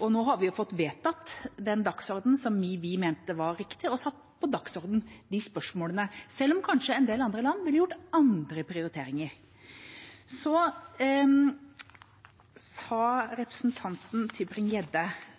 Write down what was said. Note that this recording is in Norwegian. Nå har vi fått vedtatt den dagsordenen som vi mente var viktig, og satt på dagsordenen de spørsmålene – selv om en del andre land kanskje ville gjort andre prioriteringer. Representanten Tybring-Gjedde sa